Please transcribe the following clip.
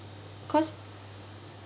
cause